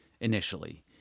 initially